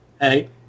Hey